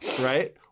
Right